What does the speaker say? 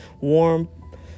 warm